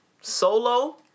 solo